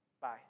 Bye